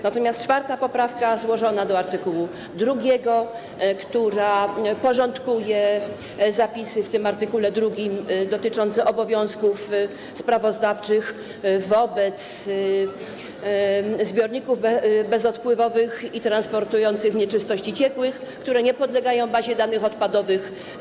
Natomiast czwarta poprawka, złożona do art. 2, porządkuje zapisy w art. 2 dotyczące obowiązków sprawozdawczych wobec zbiorników bezodpływowych i transportujących nieczystości ciekłe, które nie podlegają bazie danych odpadowych.